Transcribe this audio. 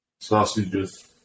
sausages